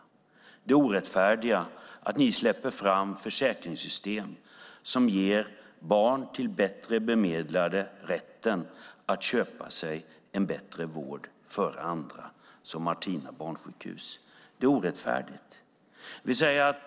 Det handlar om det orättfärdiga i att ni släpper fram försäkringssystem som ger barn till bättre bemedlade rätten att köpa sig en bättre vård före andra, exempelvis på Barnsjukhuset Martina. Det är orättfärdigt.